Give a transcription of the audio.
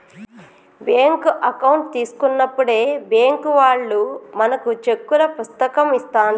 bank account తీసుకున్నప్పుడే bank వాళ్ళు మనకు చెక్కుల పుస్తకం ఇస్తాండ్రు